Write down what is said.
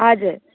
हजुर